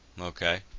Okay